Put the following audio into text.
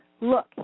Look